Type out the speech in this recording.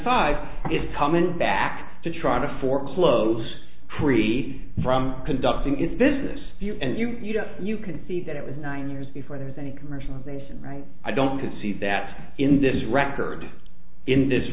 five it's common back to try to foreclose free from conducting its business and you know you can see that it was nine years before there was a commercialization i don't concede that in this record in this